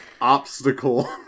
obstacle